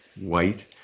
white